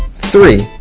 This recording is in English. three,